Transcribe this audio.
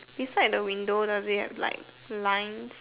beside the window does it have like lines